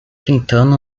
pintando